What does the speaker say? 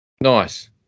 nice